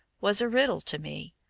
was a riddle to me.